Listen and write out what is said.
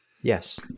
Yes